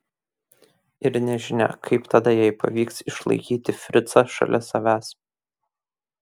ir nežinia kaip tada jai pavyks išlaikyti fricą šalia savęs